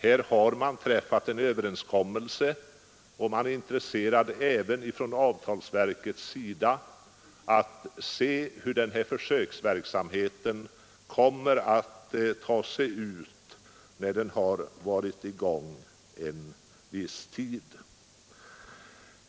Här har man träffat en överenskommelse, och även från avtalsverkets sida är man intresserad av att se hur försöksverksamheten kommer att utfalla då den har varit i gång under en viss tid.